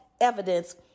evidence